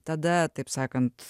tada taip sakant